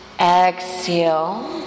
Exhale